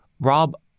Rob